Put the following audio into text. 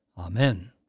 Amen